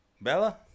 Bella